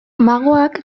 magoak